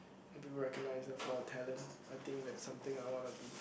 people recognise her for her talent I think that's something I wanna be